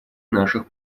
наших